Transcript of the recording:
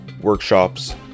workshops